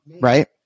right